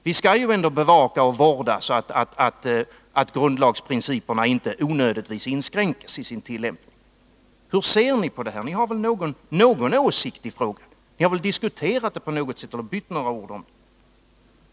Vi skall ju ändå bevaka och vårda så att grundlagsprinciperna inte onödigtvis inskränks genom tillämpningen. 169 Hur ser ni på det här? Ni har väl någon åsikt i frågan? Ni har väl diskuterat den eller bytt några ord om den?